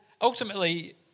Ultimately